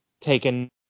taken